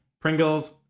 Pringles